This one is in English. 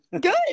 good